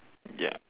ya